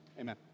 Amen